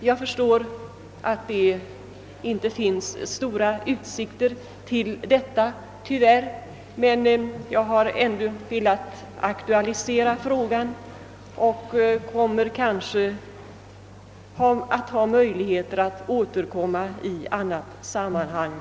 Jag förstår att det tyvärr inte finns stora utsikter till detta, men jag har ändå velat aktualisera frågan, och det finns kanske möjligheter att återkomma i annat sammanhang.